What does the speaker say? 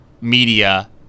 media